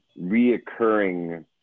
reoccurring